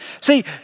See